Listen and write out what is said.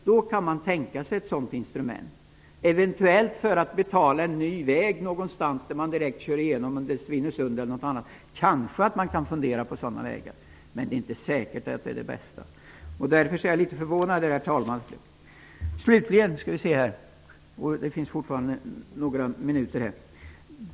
Vi kan tänka oss ett sådant styrinstrument t.ex. för att betala en ny väg för direkt genomfartstrafik någonstans, t.ex. vid Svinesund. Man kan alltså fundera på sådana alternativ, men det är inte säkert att de är de bästa.